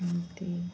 ଏମିତି